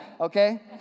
okay